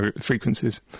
frequencies